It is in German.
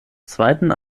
zweiten